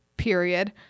Period